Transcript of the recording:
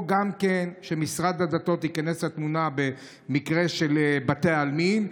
או שגם משרד הדתות ייכנס לתמונה במקרה של בתי עלמין.